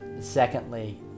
secondly